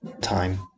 time